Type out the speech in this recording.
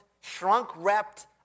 shrunk-wrapped